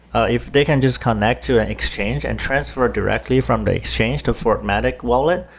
if they can just connect to and exchange and transfer directly from the exchange to fortmatic wallet,